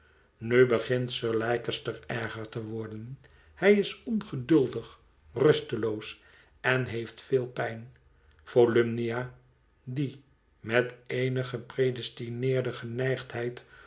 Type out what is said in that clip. nu begint sir leicester erger te worden bij is ongeduldig rusteloos en heeft veel pijn volumnia die met eene gepredestineerde geneigdheid